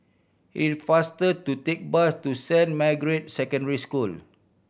it is faster to take bus to Saint Margaret's Secondary School